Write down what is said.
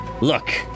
Look